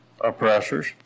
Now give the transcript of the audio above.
oppressors